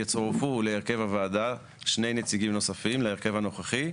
יצורפו להרכב הוועדה שני נציגים נוספים להרכב הנוכחי,